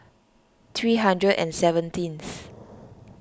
three hundred and seventeenth